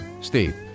Steve